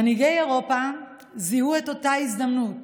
מנהיגי אירופה זיהו את אותה הזדמנות